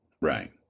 right